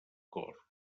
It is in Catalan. cor